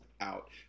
out